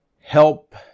help